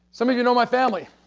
some of you know my family.